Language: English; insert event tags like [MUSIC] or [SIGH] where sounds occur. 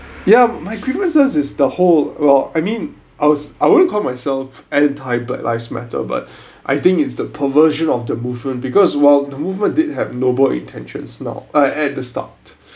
ya my grievances it's the whole lot I mean I was I wouldn't call myself anti-black lives matter but [BREATH] I think it's the perversion of the movement because while the movement did have noble intentions now ah at the start